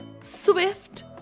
Swift